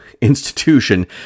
institution